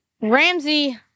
Ramsey